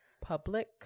public